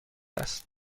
است